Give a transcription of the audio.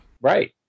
Right